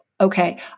okay